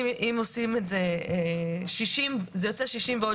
אם עושים את זה 60 ימים זה יוצא 60 ועוד